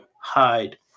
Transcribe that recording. hide